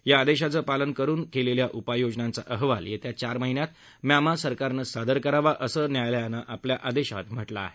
या आदेशाचं पालन करुन केलेल्या उपययोनांचा अहवाल येत्या चार महिन्यात म्यामा सादर करावा असंही न्यायालयानं या आदेशात म्हटलं आहे